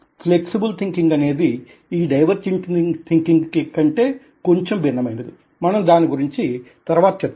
flexible thinking అనేది ఈ divergent థింకింగ్కంటే కొంచం భిన్నమైనది మనం దాని గురించి తర్వాత చర్చిద్దాం